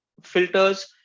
filters